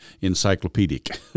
encyclopedic